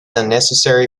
unnecessary